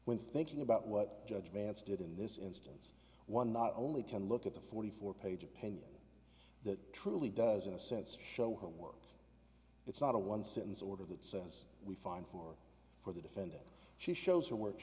when thinking about what judge vance did in this instance one not only can look at the forty four page opinion that truly does in a sense show her work it's not a one sentence order that says we find four for the defendant she shows